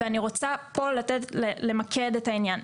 אני רוצה כאן למקד את העניין.